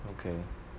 okay